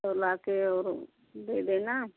तो ला कर और दे देना